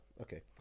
okay